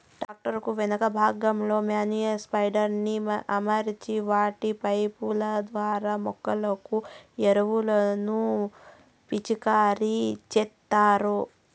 tractor కు వెనుక భాగంలో మేన్యుర్ స్ప్రెడర్ ని అమర్చి వాటి పైపు ల ద్వారా మొక్కలకు ఎరువులను పిచికారి చేత్తారు